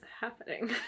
happening